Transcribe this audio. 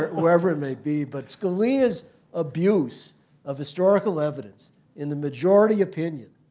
wherever it may be but scalia's abuse of historical evidence in the majority opinion